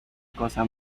cosa